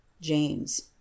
james